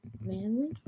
manly